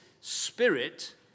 Spirit